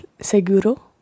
seguro